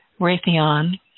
Raytheon